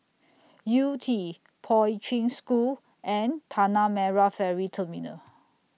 Yew Tee Poi Ching School and Tanah Merah Ferry Terminal